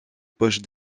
poches